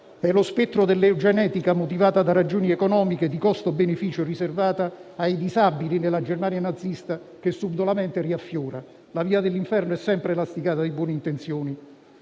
È lo spettro dell'eugenetica, motivata da ragioni economiche di costo-beneficio, riservata ai disabili nella Germania nazista, che subdolamente riaffiora: la via dell'inferno è sempre lastricata di buone intenzioni.